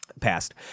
Passed